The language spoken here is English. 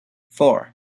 four